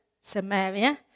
Samaria